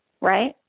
right